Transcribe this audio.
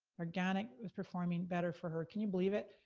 organic was performing better for her, can you believe it?